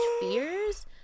fears